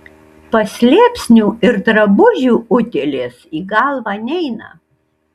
paslėpsnių ir drabužių utėlės į galvą neina